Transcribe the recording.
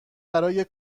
برای